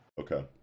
okay